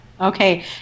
Okay